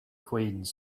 queens